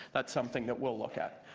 that's something that we'll look at.